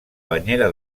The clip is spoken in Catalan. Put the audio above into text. banyera